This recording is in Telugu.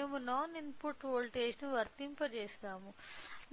మేము నాన్ ఇన్పుట్ వోల్టేజ్ను వర్తింపజేస్తాము